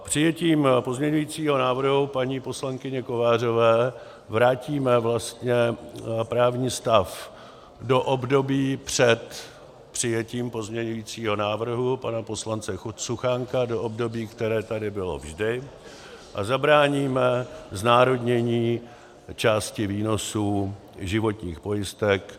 Přijetím pozměňovacího návrhu paní poslankyně Kovářové vrátíme vlastně právní stav do období před přijetím pozměňovacího návrhu pana poslance Suchánka, do období, které tady bylo vždy, a zabráníme znárodnění části výnosů životních pojistek.